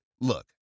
Look